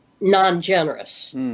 non-generous